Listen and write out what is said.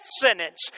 sentence